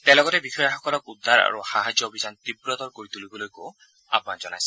তেওঁ লগতে বিষয়াসকলক উদ্ধাৰ আৰু সাহায্য অভিযান তীৱ কৰি তুলিবলৈকো আহান জনাইছে